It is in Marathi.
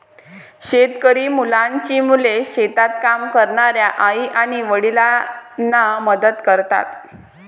शेतकरी मुलांची मुले शेतात काम करणाऱ्या आई आणि वडिलांना मदत करतात